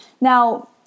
now